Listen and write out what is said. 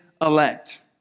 elect